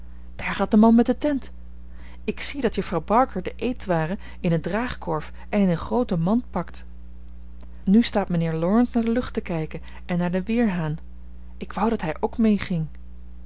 daar gaat de man met de tent ik zie dat juffrouw barker de eetwaren in een draagkorf en in een groote mand pakt nu staat mijnheer laurence naar de lucht te kijken en naar den weerhaan ik wou dat hij ook meeging